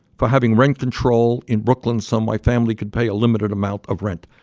for having rent control in brooklyn so my family could pay a limited amount of rent.